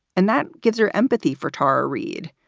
and that gives her empathy for tara reid,